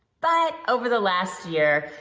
but over the last year,